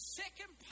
second